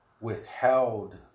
withheld